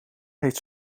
heeft